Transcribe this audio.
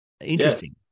interesting